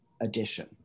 addition